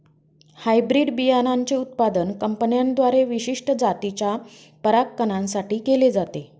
hybrid बियाणांचे उत्पादन कंपन्यांद्वारे विशिष्ट जातीच्या परागकणां साठी केले जाते